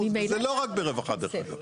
זה לא רק ברווחה דרך אגב.